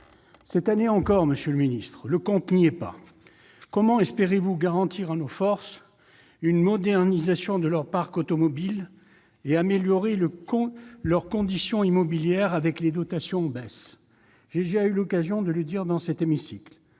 Cette année encore, monsieur le ministre, le compte n'y est pas : comment espérez-vous garantir à nos forces une modernisation de leurs parcs automobiles et améliorer leur situation immobilière avec des dotations en baisse ? J'ai déjà eu l'occasion de le dire dans cet hémicycle